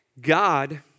God